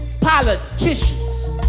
politicians